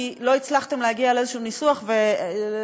כי לא הצלחתם להגיע לניסוח כלשהו,